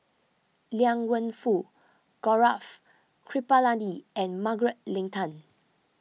Liang Wenfu Gaurav Kripalani and Margaret Leng Tan